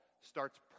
starts